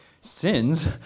sins